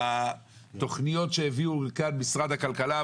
בתוכניות שהביאו לכאן משרד הכלכלה,